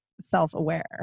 self-aware